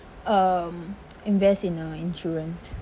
um invest in a insurance